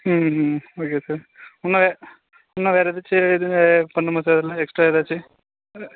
ம் ம் ம் ஓகே சார் இன்னும் வே இன்னும் வேறு எதாச்சு இது பண்ணுமா சார் இல்லனா எக்ஸ்ட்ரா எதாச்சு வேறு